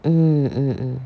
mm mm mm